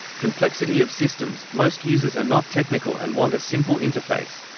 complexity of systems most users are not technical and want a simple interface.